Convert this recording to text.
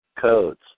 codes